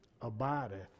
abideth